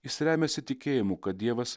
jis remiasi tikėjimu kad dievas